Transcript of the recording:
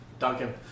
Duncan